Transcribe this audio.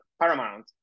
paramount